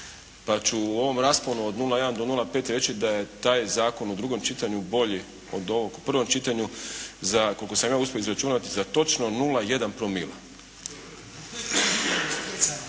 pa ću u ovom rasponu od 0,1 do 1,5 reći da je taj zakon u drugom čitanju bolji od ovog u prvom čitanju za koliko sam ja uspio izračunati za točno 0,1 promila.